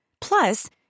Plus